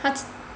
他 papa quarantine